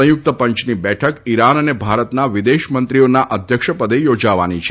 સંયુક્ત પંચની બેઠક ઇરાન અને ભારતના વિદેશમંત્રીઓના અધ્યક્ષપદે યોજાવાની છે